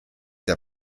der